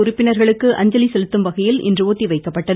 உறுப்பினர்களுக்கு அஞ்சலி செலுத்தும்வகையில் இன்று ஒத்திவைக்கப்பட்டது